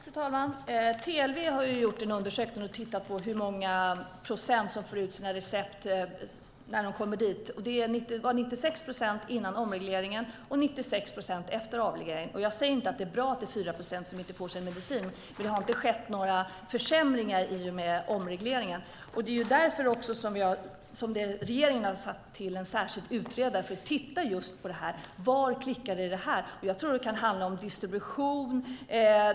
Fru talman! TLV har gjort en undersökning och tittat på hur många som får ut medicinen på sina recept när de kommer till apoteket. Det var 96 procent före omregleringen och 96 procent efteråt. Jag säger inte att det är bra att det är 4 procent som inte får sin medicin, men det har inte skett några försämringar i och med omregleringen. Regeringen har också tillsatt en särskild utredare för att titta på vad det är som klickar här. Jag tror att det kan handla om distribution.